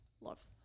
love